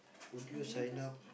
would you sign up